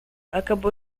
acabou